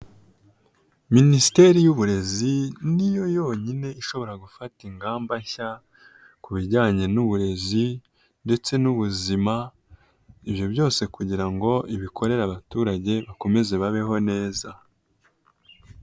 Minisiteri y'uburezi niyo yonyine ishobora gufata ingamba nshya ku bijyanye n'uburezi ndetse n'ubuzima, ibyo byose kugira ngo ibikorere abaturage bakomeze babeho neza.